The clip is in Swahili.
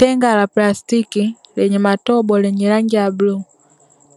Tenga la plastiki lenye matobo lenye rangi ya bluu,